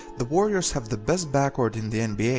the warriors have the best backcourt in the nba,